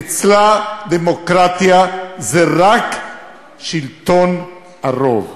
אצלה דמוקרטיה זה רק שלטון הרוב.